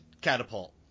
Catapult